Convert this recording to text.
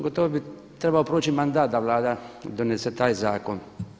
Gotovo bi trebao proći mandat da Vlada donese taj zakon.